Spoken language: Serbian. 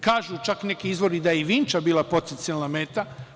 Kažu čak neki izvori da je i Vinča bila potencijalna meta.